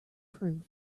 proof